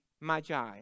Magi